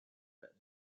but